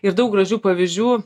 ir daug gražių pavyzdžių